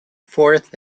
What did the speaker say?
fourth